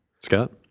Scott